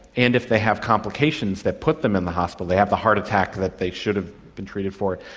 and if they have complications that put them in the hospital, they have the heart attack that they should have been treated for,